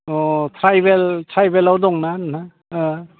अ tribal ट्राइब्रेलाव दंना नोंथां ओ